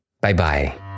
Bye-bye